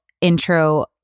intro